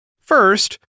First